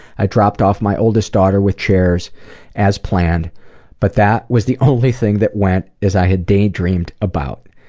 i dropped off my oldest daughter with chairs as planned but that was the only thing that went as i had daydreamed about.